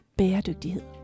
bæredygtighed